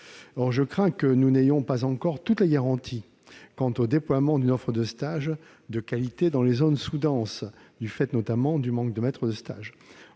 Je crains que nous n'ayons pas encore toutes les garanties quant au déploiement d'une offre de stages de qualité dans les zones sous-denses, du fait, notamment, du manque de maîtres de stage.